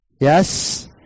Yes